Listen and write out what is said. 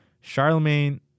Charlemagne